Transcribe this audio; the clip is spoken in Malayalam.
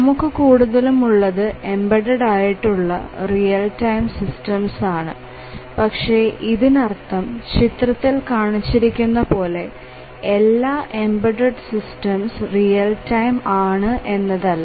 നമുക്ക് കൂടുതലും ഉള്ളത് എംബഡഡ് ആയിട്ടുള്ള റിയൽ ടൈം സിസ്റ്റംസ് ആണ് പക്ഷേ ഇതിനർത്ഥം ചിത്രത്തിൽ കാണിച്ചിരിക്കുന്ന പോലെ എല്ലാ എംബഡഡ് സിസ്റ്റംസ് റിയൽ ടൈം ആണ് എന്നത് അല്ല